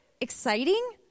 exciting